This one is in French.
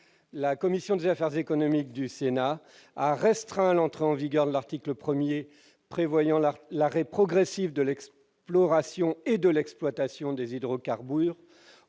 La commission des affaires économiques du Sénat a restreint l'application de l'article 1 prévoyant l'arrêt progressif de l'exploration et de l'exploitation des hydrocarbures